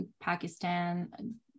pakistan